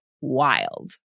wild